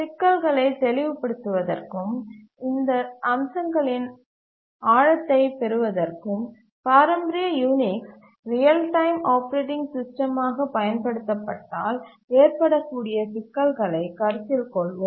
சிக்கல்களைத் தெளிவுபடுத்துவதற்கும் இந்த அம்சங்களின் ஆழத்தைப் பெறுவதற்கும் பாரம்பரிய Unix real time operating system ஆக பயன்படுத்தப்பட்டால் ஏற்படக்கூடிய சிக்கல்களைக் கருத்தில் கொள்வோம்